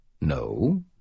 No